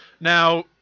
Now